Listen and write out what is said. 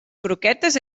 croquetes